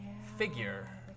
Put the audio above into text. figure